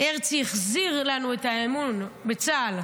הרצי החזיר לנו את האמון בצה"ל.